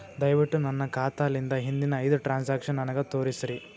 ದಯವಿಟ್ಟು ನನ್ನ ಖಾತಾಲಿಂದ ಹಿಂದಿನ ಐದ ಟ್ರಾಂಜಾಕ್ಷನ್ ನನಗ ತೋರಸ್ರಿ